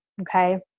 okay